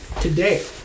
today